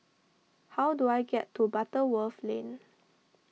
how do I get to Butterworth Lane